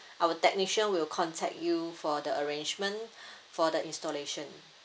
our technician will contact you for the arrangement for the installation